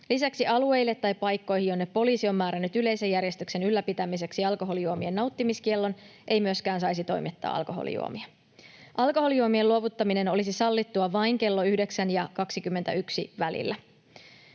Lisäksi alueille tai paikkoihin, jonne poliisi on määrännyt yleisen järjestyksen ylläpitämiseksi alkoholijuomien nauttimiskiellon, ei myöskään saisi toimittaa alkoholijuomia. Alkoholijuomien luovuttaminen olisi sallittua vain kello 9:n ja 21:n välillä.